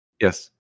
Yes